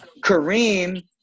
Kareem –